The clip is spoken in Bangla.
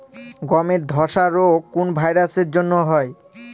গমের ধসা রোগ কোন ভাইরাস এর জন্য হয়?